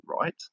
right